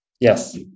Yes